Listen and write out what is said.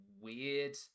weird